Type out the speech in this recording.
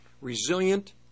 resilient